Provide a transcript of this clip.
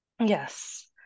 yes